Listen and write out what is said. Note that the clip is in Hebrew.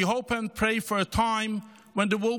We hope and pray for the time when there will